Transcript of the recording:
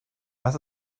was